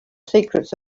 secrets